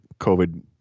COVID